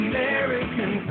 American